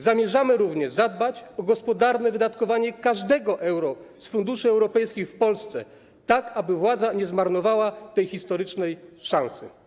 Zamierzamy również zadbać o gospodarne wydatkowanie w Polsce każdego euro z funduszy europejskich, tak aby władza nie zmarnowała tej historycznej szansy.